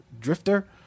Drifter